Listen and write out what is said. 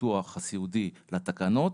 הביטוח הסיעודי לתקנות.